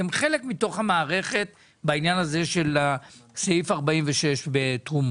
אתם חלק מתוך המערכת בעניין הזה של הסעיף 46 בתרומות,